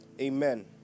amen